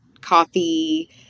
coffee